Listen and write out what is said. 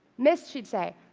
miss, she'd say,